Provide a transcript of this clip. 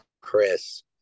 Chris